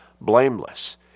blameless